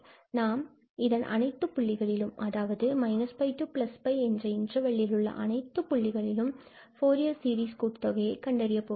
நாம் இதன் அனைத்து புள்ளிகளிலும் அதாவது −𝜋𝑥𝜋 என்ற இன்டர்வெல் ல் உள்ள அனைத்துப் புள்ளிகளிலும் ஃபூரியர் சீரிஸின் கூட்டுத் தொகையை கண்டறிய போகிறோம்